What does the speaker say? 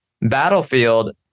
Battlefield